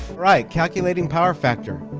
right, calculating power factor,